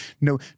no